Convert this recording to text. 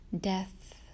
Death